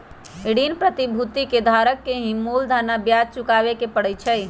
ऋण प्रतिभूति के धारक के ही मूलधन आ ब्याज चुकावे के परई छई